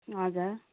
हजुर